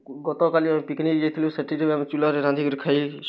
ଗତ କାଲି ଆମେ ପିକନିକ୍ ଯାଇଥିଲୁ ସେଥିରେ ବି ଆମେ ଚୁଲାରେ ରାନ୍ଧିକିରି ଖାଇ